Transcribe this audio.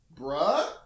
Bruh